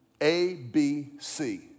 A-B-C